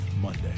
Monday